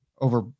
over